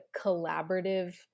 collaborative